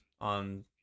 on